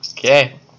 Okay